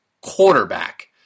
quarterback